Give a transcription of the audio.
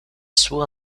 suo